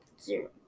Zero